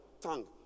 tongue